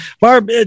Barb